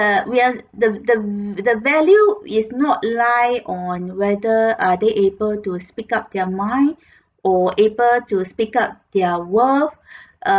uh we're the the the value is not lie on whether are they able to speak up their mind or able to speak up their worth err